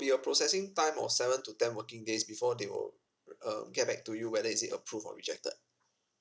be a processing time of seven to ten working days before they will um get back to you whether is it approve or rejected